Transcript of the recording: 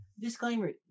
Disclaimer